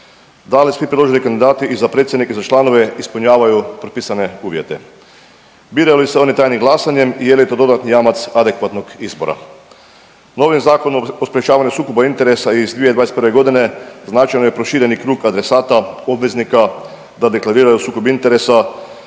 Da li svi predloženi kandidati i za predsjednika i za članove ispunjavaju propisane uvjete? Biraju li se oni tajnim glasanjem i je li je to dodatni jamac adekvatnog izbora? Novim Zakonom o sprječavanju sukoba interesa iz 2021. godine značajno je proširen krug adresata obveznika da deklariraju sukob interesa